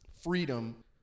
freedom